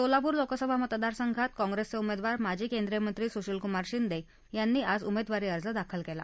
सोलापूर लोकसभा मतदारसंघात कॉंग्रेसचे उमेदवार माजी केंद्रीय मंत्री सुशिलकुमार शिंदे यांनी आज उमेदवारी अर्ज दाखल केला